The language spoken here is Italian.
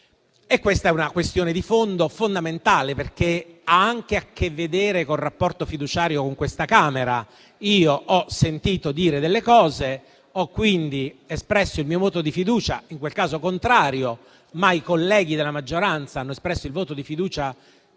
sbagliati. È una questione di fondo basilare perché ha anche a che vedere con il rapporto fiduciario con questa Camera. Io ho sentito dire delle cose, ho quindi espresso il mio voto di fiducia, in quel caso contrario, ma i colleghi della maggioranza hanno espresso il voto di fiducia